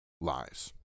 lies